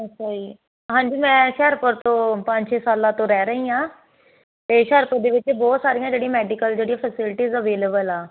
ਅੱਛਾ ਜੀ ਹਾਂਜੀ ਮੈਂ ਹੁਸ਼ਿਆਰਪੁਰ ਤੋਂ ਪੰਜ ਛੇ ਸਾਲਾਂ ਤੋਂ ਰਹਿ ਰਹੀ ਆਂ ਤੇ ਹੁਸ਼ਿਆਰਪੁਰ ਦੇ ਵਿੱਚ ਬਹੁਤ ਸਾਰੀਆਂ ਜਿਹੜੀਆਂ ਮੈਡੀਕਲ ਜਿਹੜੀਆਂ ਫੈਸਿਲਿਟੀਜ਼ ਅਵੇਲੇਬਲ ਆ